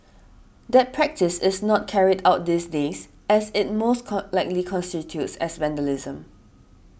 that practice is not carried out these days as it most con likely constitutes as vandalism